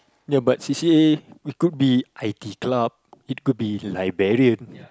ya but c_c_a it could be i_t club it could be librarian